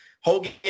Hogan